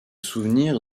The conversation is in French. souvenir